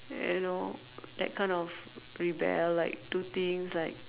you know that kind of rebel like do things like